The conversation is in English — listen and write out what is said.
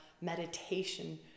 meditation